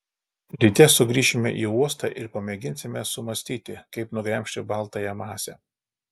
ryte sugrįšime į uostą ir pamėginsime sumąstyti kaip nugremžti baltąją masę